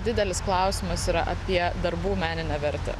didelis klausimas yra apie darbų meninę vertę